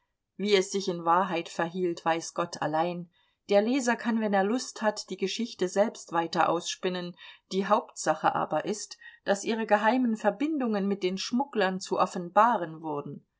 wie es sich in wahrheit verhielt weiß gott allein der leser kann wenn er lust hat die geschichte selbst weiter ausspinnen die hauptsache aber ist daß ihre geheimen verbindungen mit den schmugglern zu offenbaren wurden